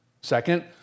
Second